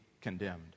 condemned